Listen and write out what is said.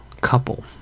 couple